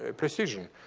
ah precision.